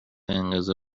انقضا